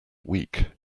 week